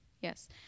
Yes